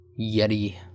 yeti